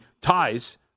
ties